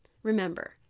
Remember